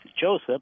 Joseph